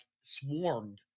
swarmed